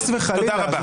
תודה רבה.